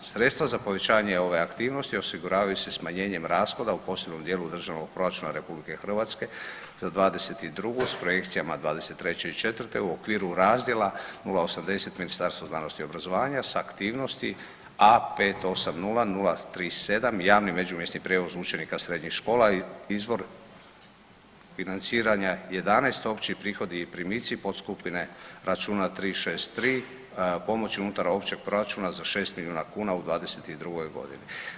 Sredstva za povećanje ove aktivnosti osiguravaju se smanjenjem rashoda u posebnom dijelu Državnog proračuna Republike Hrvatske za 22. s projekcijama 23. i 4. u okviru razdjela 0.80 Ministarstvo znanosti i obrazovanja sa aktivnosti A580037 javni međumjesni prijevoz učenika srednjih škola, izvor financiranja 11, opći prihodi i primici podskupine računa 363 pomoć unutar općeg proračuna za 6 milijuna kuna u 22. godini.